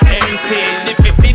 empty